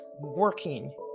working